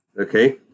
okay